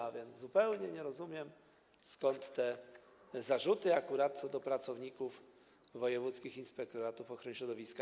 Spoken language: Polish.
A więc zupełnie nie rozumiem, skąd te zarzuty akurat co do pracowników wojewódzkich inspektoratów ochrony środowiska.